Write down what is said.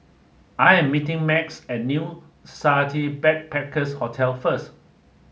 I am meeting Max at New Society Backpackers Hotel first